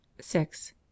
six